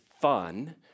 fun